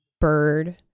bird